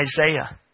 Isaiah